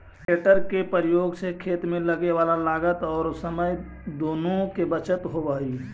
rotator के प्रयोग से खेत में लगे वाला लागत औउर समय दुनो के बचत होवऽ हई